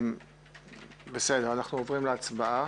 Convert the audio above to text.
אנחנו עוברים להצבעה.